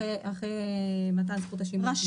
אחרי מתן זכות שימוע?